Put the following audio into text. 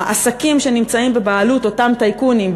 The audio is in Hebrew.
העסקים שנמצאים בבעלות אותם טייקונים,